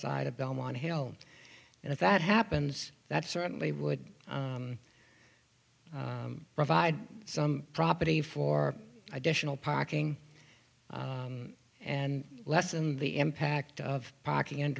side of belmont hill and if that happens that certainly would provide some property for additional parking and lessen the impact of pocking and